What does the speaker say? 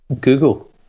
Google